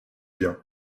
bien